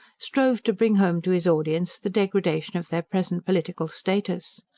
strove to bring home to his audience the degradation of their present political status.